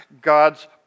God's